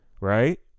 right